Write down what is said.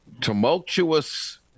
tumultuous